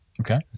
Okay